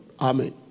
Amen